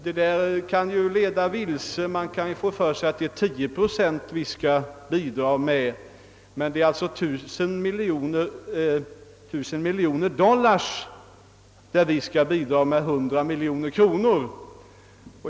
Det kan se ut som om vi skulle bidra med 10 procent, men fonden skulle alltså uppgå till 1000 miljoner dollar, medan vi skulle bidra med 100 miljoner kronor.